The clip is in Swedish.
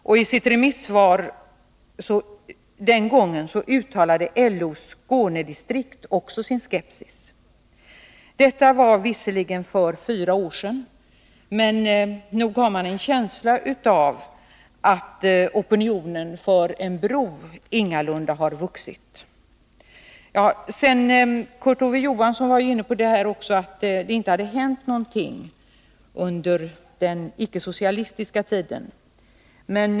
Också LO:s Skånedistrikt uttalade i sitt remissvar den gången sin skepsis. Detta var visserligen fyra år sedan, men nog har man en känsla av att opinionen för en bro ingalunda har vuxit. Kurt Ove Johansson var inne på att det inte hade hänt någonting under den icke-socialistiska tiden.